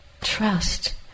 trust